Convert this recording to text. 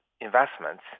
Investments